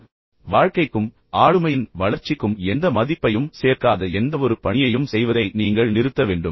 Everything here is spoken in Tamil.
உங்கள் வாழ்க்கைக்கும் உங்கள் ஆளுமையின் வளர்ச்சிக்கும் எந்த மதிப்பையும் சேர்க்காத எந்தவொரு பணியையும் செய்வதை நீங்கள் நிறுத்த வேண்டும்